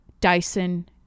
Dyson